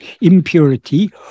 impurity